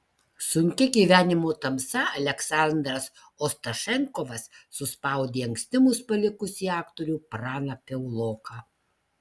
sunkia gyvenimo tamsa aleksandras ostašenkovas suspaudė anksti mus palikusį aktorių praną piauloką